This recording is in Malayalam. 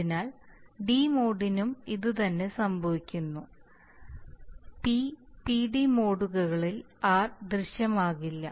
അതിനാൽ ഡി മോഡിനും ഇതുതന്നെ സംഭവിക്കുന്നു പി പിഡി മോഡുകളിൽ r ദൃശ്യമാകില്ല